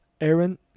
Aaron